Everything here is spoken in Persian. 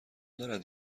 دارد